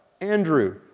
Andrew